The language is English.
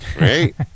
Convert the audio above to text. Right